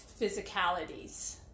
physicalities